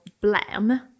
blam